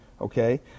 Okay